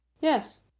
Yes